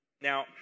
now